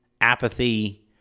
apathy